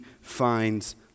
finds